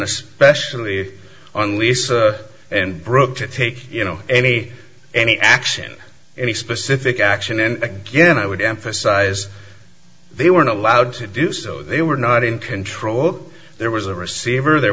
especially on lisa and brooke to take you know any any action any specific action and again i would emphasize they were not allowed to do so they were not in control there was a receiver there